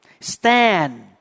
Stand